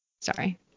sorry